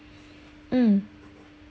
mm